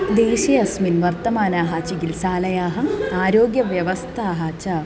देशे अस्मिन् वर्तमानाः चिकित्सालयाः आरोग्यव्यवस्थाः च